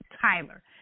Tyler